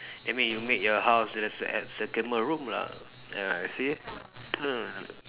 that mean you make your house as as entertainment room lah ah I see mm